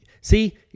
see